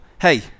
hey